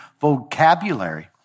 vocabulary